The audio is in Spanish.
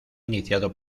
iniciado